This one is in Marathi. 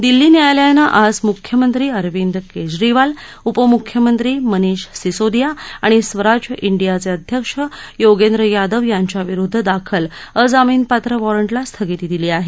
दिल्ली न्यायालयानं आज मुख्यमंत्री अरिवंद केजरीवाल उपमुख्यमंत्री मनीष सिसोदिया आणि स्वराज डियाचे अध्यक्ष योगेंद्र यादव यांच्याविरुद्ध दाखल अजामीन पात्र वॉरंटला स्थगिती दिली आहे